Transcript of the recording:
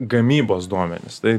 gamybos duomenis tai